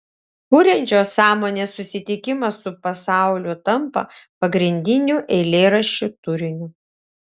kuriančios sąmonės susitikimas su pasauliu tampa pagrindiniu eilėraščių turiniu